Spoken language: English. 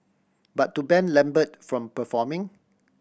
but to ban Lambert from performing